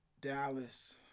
Dallas